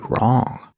wrong